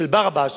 של ברבש,